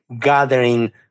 gathering